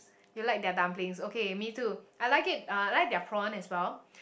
you like their dumplings okay me too I like it uh I like their prawn as well